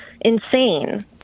insane